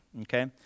okay